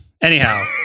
Anyhow